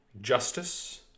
justice